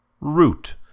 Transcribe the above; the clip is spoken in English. Root